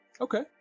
Okay